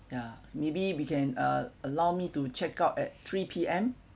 ya maybe we can uh allow me to check out at three P_M